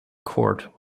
court